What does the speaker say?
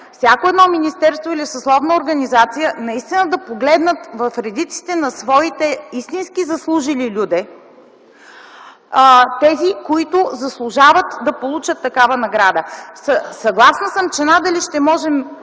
всяко едно министерство или съсловна организация наистина да погледнат в редиците на своите истински заслужили люде – тези, които заслужават да получат такава награда. Съгласна съм, че надали ще можем